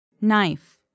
Knife